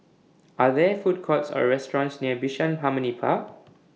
Are There Food Courts Or restaurants near Bishan Harmony Park